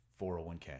401k